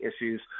issues